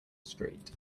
street